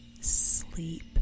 sleep